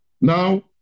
Now